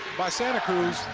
by santa cruz.